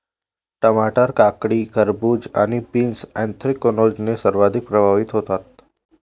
टमाटर, काकडी, खरबूज आणि बीन्स ऍन्थ्रॅकनोजने सर्वाधिक प्रभावित होतात